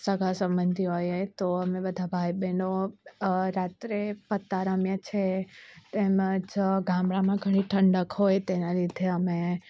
સગા સબંધી હોઇએ તો અમે બધાં ભાઈ બહેનો રાત્રે પત્તા રમીએ છીએ એમાં જ ગામડામાં ઘણી ઠંડક હોય તેના લીધે અમે